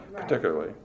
particularly